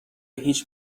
هیچ